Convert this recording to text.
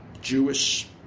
Jewish